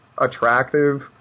attractive